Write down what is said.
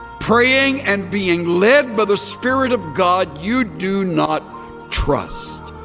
praying and being led by the spirit of god you do not trust